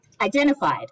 identified